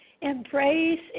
embrace